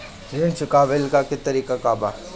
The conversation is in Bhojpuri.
ऋण चुकव्ला के तरीका का बा?